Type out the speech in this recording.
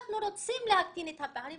אנחנו רוצים להקטין את הפערים,